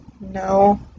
No